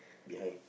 behind